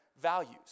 values